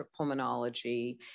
Pulmonology